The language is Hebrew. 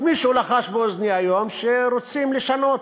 אז מישהו לחש באוזני היום שרוצים לשנות.